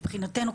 מבחינתנו,